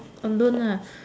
alone